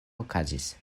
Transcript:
okazis